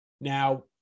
Now